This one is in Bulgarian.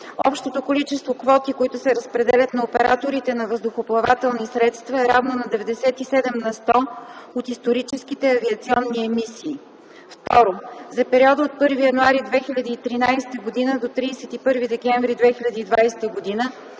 общото количество квоти, които се разпределят на операторите на въздухоплавателни средства, е равно на 97 на сто от историческите авиационни емисии; 2. за периода от 1 януари 2013 г. до 31 декември 2020 г. и